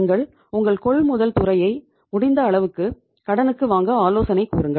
நீங்கள் உங்கள் கொள்முதல் துறையை முடிந்த அளவு கடனுக்கு வாங்க ஆலோசனை கூறுங்கள்